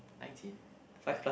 nineteen